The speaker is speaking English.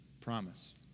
Promise